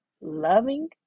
loving